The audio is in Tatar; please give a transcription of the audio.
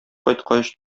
кайткач